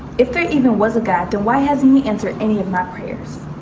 if there even was a god, then why hasn't he answered any of my prayers?